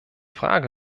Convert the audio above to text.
frage